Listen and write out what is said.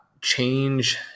change